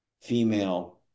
female